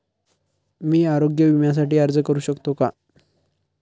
मी आरोग्य विम्यासाठी अर्ज करू शकतो का?